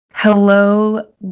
Hello